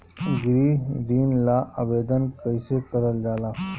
गृह ऋण ला आवेदन कईसे करल जाला?